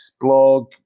blog